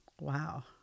Wow